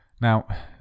Now